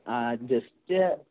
ആഹ് just